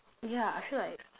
yeah I feel like